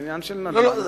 זה עניין של נדל"ן.